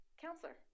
counselor